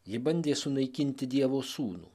ji bandė sunaikinti dievo sūnų